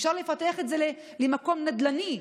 אפשר לפתח את זה למקום נדל"ני,